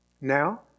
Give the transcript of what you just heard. Now